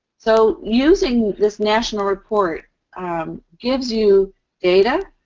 so, using this national report gives you data.